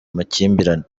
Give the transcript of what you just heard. amakimbirane